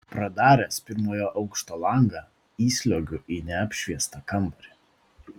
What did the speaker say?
pradaręs pirmojo aukšto langą įsliuogiu į neapšviestą kambarį